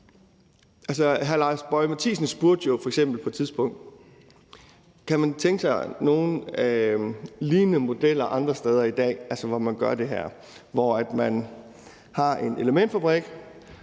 Hr. Lars Boje Mathiesen spurgte jo f.eks. på et tidspunkt: Kan man tænke sig lignende modeller andre steder i dag, altså hvor man gør det her, og hvor man har en elementfabrik